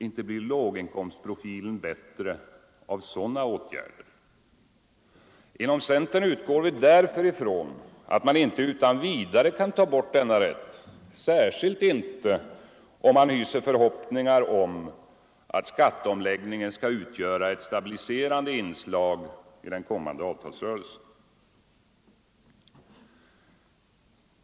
Inte blir låginkomstprofilen bättre av sådana åtgärder! Inom centern utgår vi därför från att man inte utan vidare kan ta bort denna avdragsrätt, särskilt inte om man hyser förhoppningar om att skatteomläggningen skall utgöra ett stabiliserande inslag i den kommande avtalsrörelsen.